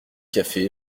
café